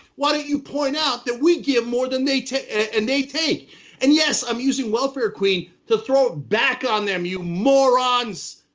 why don't you point out that we give more than they take and they take and yes, i'm using welfare queen to throw it back on them, you morons,